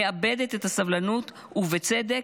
מאבדת את הסבלנות, ובצדק.